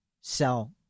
sell